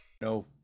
No